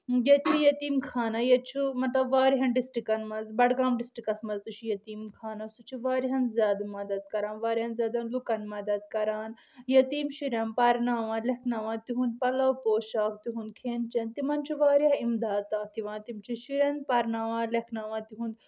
ییٚتہِ یتیٖم خانہ ییٚتہِ چھُ مطلب واریاہن ڈرسٹرکن منٛز بڈگام ڈرسٹرکَس منٛز تہِ چھُ یتیٖم خانہ سُہ چھُ واریاہن زیادٕ مدد کران واریاہن زیادَن لُکن مدد کران یتیٖم شُرٮ۪ن پرناوان لیٚکھناوان تہنٛد پلو پوشاک تہنٛد کھٮ۪ن چیٚن تِمن چھُ واریاہ امداد تتھ یِوان تِم چھِ شُرٮ۪ن پرناوان لیٚکھناو تِہُنٛد